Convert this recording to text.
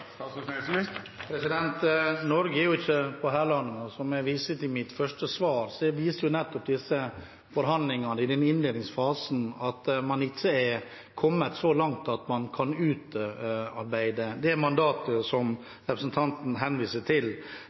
Norge er ikke på hælene. Som jeg viste til i mitt første svar, viser disse forhandlingene i den innledende fasen at man ikke har kommet så langt at man kan utarbeide det mandatet som representanten henviser til.